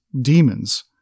demons